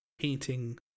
painting